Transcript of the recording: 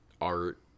art